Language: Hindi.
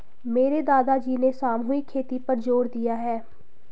मेरे दादाजी ने सामूहिक खेती पर जोर दिया है